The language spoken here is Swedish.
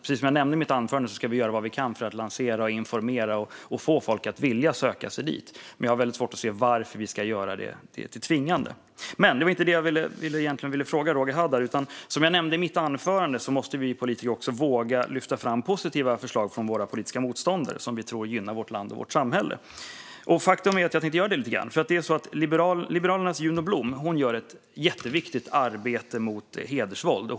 Precis som jag nämnde i mitt anförande ska vi göra vad vi kan för att lansera, informera och få folk att vilja söka sig dit. Men jag har väldigt svårt att se varför vi ska göra det tvingande. Men det var egentligen inte det jag ville fråga Roger Haddad. Som jag nämnde i mitt anförande måste vi politiker också våga lyfta fram positiva förslag från våra politiska motståndare som vi tror gynnar vårt land och vårt samhälle. Faktum är att jag tänkte göra det lite grann. Liberalernas Juno Blom gör ett jätteviktigt arbete mot hedersvåld.